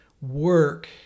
work